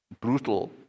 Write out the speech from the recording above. brutal